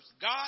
God